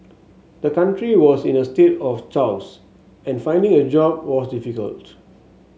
the country was in a state of chaos and finding a job was difficult